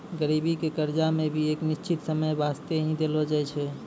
गरीबी के कर्जा मे भी एक निश्चित समय बासते ही देलो जाय छै